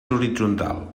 horitzontal